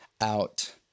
out